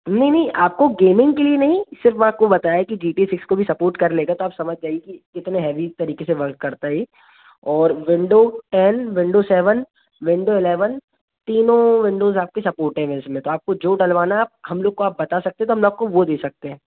नहीं नहीं आपको गेमिंग के लिए नहीं सिर्फ़ आपको बताया कि जी टी ए सिक्स को भी सपोर्ट कर लेगा तो आप समझ जाइए कि कितने हैवी तरीक़े से वर्क करता है यह और Window ten Window seven Window eleven तीनों विंडोज़ आपकी सपोर्टिव है इसमें तो आपको जो डलवाना है आप हम लोग को आप बता सकते है तो हम लोग आपको वह दे सकते हैं